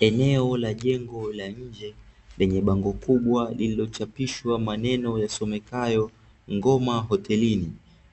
Eneo la jengo la nje, lenye bango kubwa lililochapishwa maneno yasomekayo "ngoma hotelini",